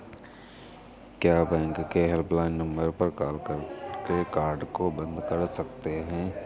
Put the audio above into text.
क्या बैंक के helpline number पर कॉल करके कार्ड को बंद करा सकते हैं?